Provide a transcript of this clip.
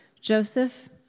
Joseph